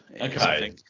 Okay